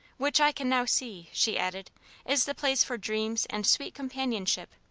which i can now see, she added is the place for dreams and sweet companionship.